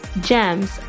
Gems